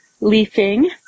leafing